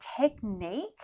technique